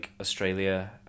Australia